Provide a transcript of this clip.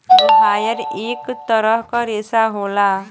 मोहायर इक तरह क रेशा होला